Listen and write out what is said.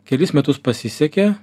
kelis metus pasisekė